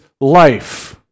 life